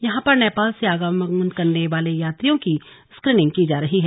यहां पर नेपाल से आवागमन करने वाले यात्रियों की स्क्रीनिंग की जा रही है